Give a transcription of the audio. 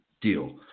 deal